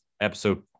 episode